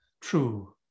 true